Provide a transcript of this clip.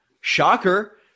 shocker